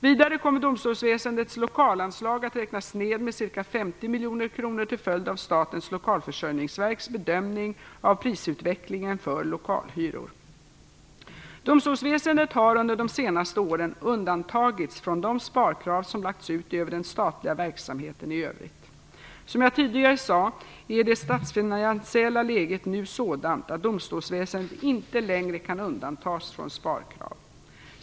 Vidare kommer domstolsväsendets lokalanslag att räknas ned med ca Domstolsväsendet har under de senaste åren undantagits från de sparkrav som lagts ut över den statliga verksamheten i övrigt. Som jag tidigare sade är det statsfinansiella läget nu sådant att domstolsväsendet inte längre kan undantas från sparkrav.